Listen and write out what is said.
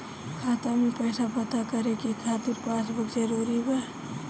खाता में पईसा पता करे के खातिर पासबुक जरूरी बा?